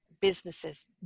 businesses